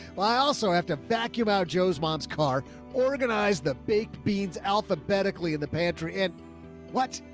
well, i also have to vacuum out joe's mom's car organize the big beads alphabetically in the pantry and what